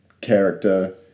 character